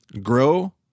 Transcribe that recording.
grow